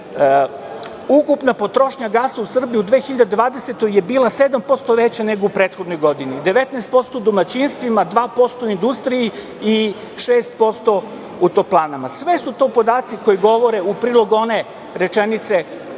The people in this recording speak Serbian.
gas. Ukupna potrošnja gasa u Srbiji u 2020. godini je bila 7% veća nego u prethodnoj godini, 19% u domaćinstvima, 2% u industriji i 6% u toplanama. Sve su to podaci koji govore u prilog one rečenice